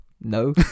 no